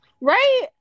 Right